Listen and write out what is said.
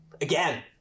Again